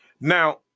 Now